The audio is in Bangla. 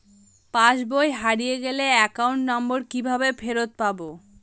পাসবই হারিয়ে গেলে অ্যাকাউন্ট নম্বর কিভাবে ফেরত পাব?